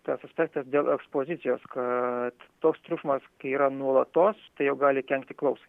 tas aspektas dėl ekspozicijos kad toks triukšmas kai yra nuolatos tai jau gali kenkti klausai